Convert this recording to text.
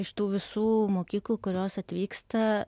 iš tų visų mokyklų kurios atvyksta